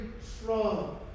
strong